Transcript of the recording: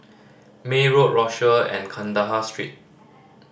May Road Rochor and Kandahar Street